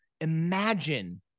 Imagine